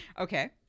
Okay